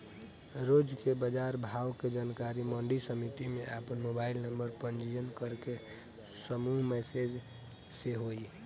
रोज के बाजार भाव के जानकारी मंडी समिति में आपन मोबाइल नंबर पंजीयन करके समूह मैसेज से होई?